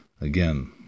again